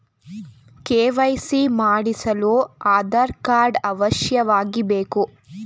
KYC ಮಾಡಿಸಲು Aadhaar card ಅವಶ್ಯವಾಗಿ ಬೇಕು